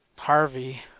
Harvey